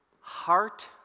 Heart